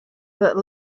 that